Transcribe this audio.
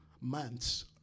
months